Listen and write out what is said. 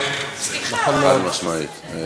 סליחה, זה לא בסדר.